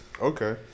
Okay